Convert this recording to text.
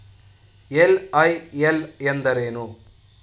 LIL ಎಂದರೇನು?